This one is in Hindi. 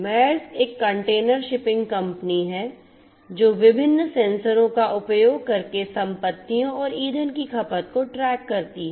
Maersk एक कंटेनर शिपिंग कंपनी है जो विभिन्न सेंसरों का उपयोग करके संपत्तियों और ईंधन की खपत को ट्रैक करती है